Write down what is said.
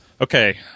Okay